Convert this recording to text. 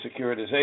securitization